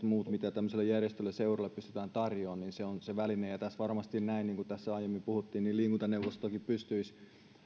muut mitä tämmöiselle järjestölle seuralle pystytään tarjoamaan ovat se väline ja tässä varmasti niin kuin tässä aiemmin puhuttiin liikuntaneuvostokin pystyisi